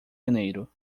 janeiro